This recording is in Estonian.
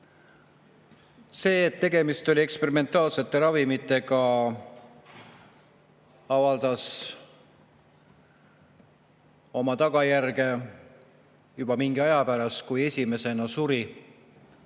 See, et tegemist oli eksperimentaalsete ravimitega, [tõi kaasa] tagajärje juba mingi aja pärast, kui esimesena suri